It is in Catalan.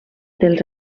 dels